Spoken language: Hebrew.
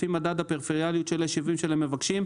לפי מדד הפריפריאליות של יישובם של המבקשים,